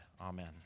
Amen